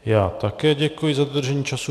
Já také děkuji za dodržení času.